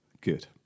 Good